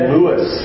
Lewis